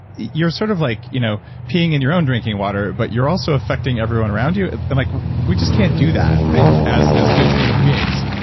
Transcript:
you're sort of like you know peeing in your own drinking water, but you're also affecting everyone around you and like we just can't do that as as good human being